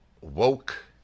woke